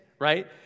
right